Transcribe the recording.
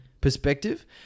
perspective